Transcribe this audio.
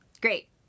Great